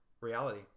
reality